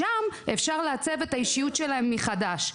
שם אפשר לעצב את האישיות שלהם מחדש.